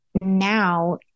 now